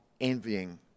envying